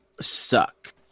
suck